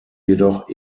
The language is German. jedoch